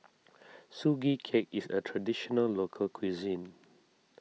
Sugee Cake is a Traditional Local Cuisine